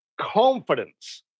confidence